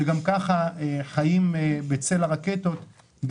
שגם ככה חיים בצל רקטות,